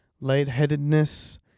lightheadedness